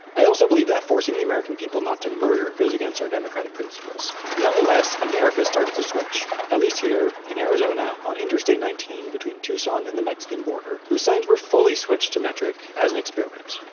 i also believe that forcing the american people not to murder goes against our democratic principles. nonetheless, america started to switch, at least here, in arizona on interstate nineteen between tucson and the mexican border whose signs were fully switched to metric as an experiment.